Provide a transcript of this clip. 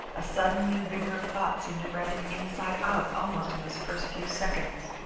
a sudden new vigour of thought seemed to rend it inside out almost in those first few seconds.